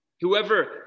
whoever